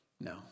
No